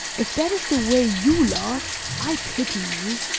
if that is the way you love, i pity you.